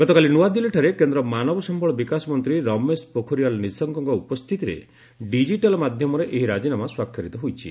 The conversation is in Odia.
ଗତକାଲି ନ୍ତାଦିଲ୍ଲୀଠାରେ କେନ୍ଦ୍ର ମାନବ ସମ୍ପଳ ବିକାଶ ମନ୍ତ୍ରୀ ରମେଶ ପୋଖରିଆଲ ନିଶଙ୍କଙ୍କ ଉପସ୍ଥିତିରେ ଡିଜିଟାଲ ମାଧ୍ୟମରେ ଏହି ରାଜିନାମା ସ୍ୱାକ୍ଷରିତ ହୋଇଛି